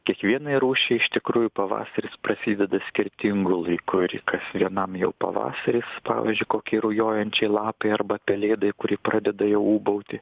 kiekvienai rūšiai iš tikrųjų pavasaris prasideda skirtingu laiku ir kas vienam jau pavasaris pavyzdžiui kokį rujojančiai lapei arba pelėdai kuri pradeda jau ūbauti